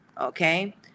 Okay